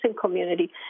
community